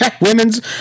Women's